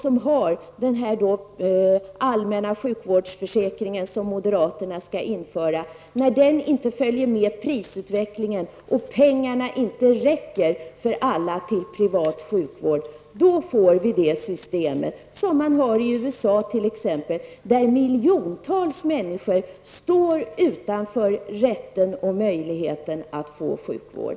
När den här allmänna sjukvårdsförsäkringen, som moderaterna skall införa, inte följer med prisutvecklingen och pengarna inte räcker för alla till privat sjukvård, då får vi det system som man har i t.ex. USA, där miljontals människor står utanför rätten och möjligheten att få sjukvård.